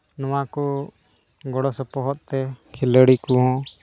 ᱱᱚᱣᱟ ᱠᱚ ᱜᱚᱲᱚ ᱥᱚᱯᱚᱦᱚᱫ ᱛᱮ ᱠᱷᱤᱞᱟᱲᱤ ᱠᱚ